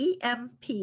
EMP